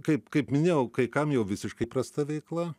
kaip kaip minėjau kai kam jau visiškai įprasta veikla